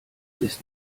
ist